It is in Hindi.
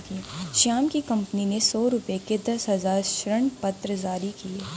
श्याम की कंपनी ने सौ रुपये के दस हजार ऋणपत्र जारी किए